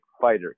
Fighter